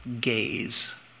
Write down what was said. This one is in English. gaze